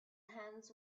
hands